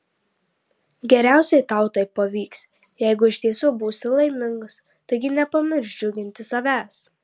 geriausiai tau tai pavyks jeigu iš tiesų būsi laimingas taigi nepamiršk džiuginti savęs